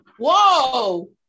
Whoa